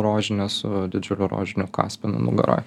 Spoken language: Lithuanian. rožinė su didžiuliu rožiniu kaspinu nugaroj